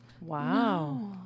Wow